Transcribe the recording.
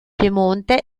piemonte